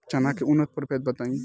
चना के उन्नत प्रभेद बताई?